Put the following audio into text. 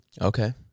okay